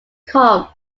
come